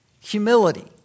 Humility